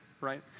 right